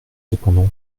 cependant